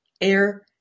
air